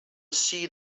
see